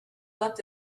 left